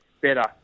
better